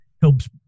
helps